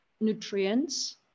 nutrients